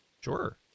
Sure